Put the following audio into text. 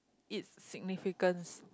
it's significance